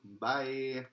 bye